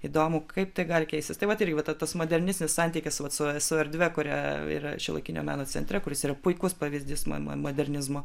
įdomu kaip tai gali keistis tai vat irgi vat tas modernistinis santykis vat su su erdve kuria yra šiuolaikinio meno centre kuris yra puikus pavyzdys mo mo modernizmo